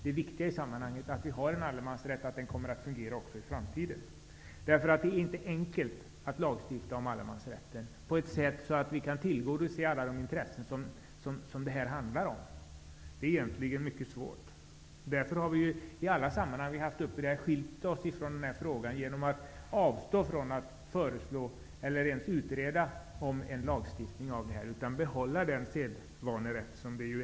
Det viktiga i sammanhanget är ju att vi har en allemansrätt och att den kommer att fungera också i framtiden. Det är inte enkelt att lagstifta om allemansrätten på ett sådant sätt att alla intressen kan tillgodoses. Det är mycket svårt. Därför har vi i alla sammanhang som frågan varit uppe avstått från att föreslå eller att utreda en lagstiftning, utan vi har ansett att sedvanerätten kan behållas.